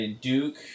Duke